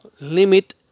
limit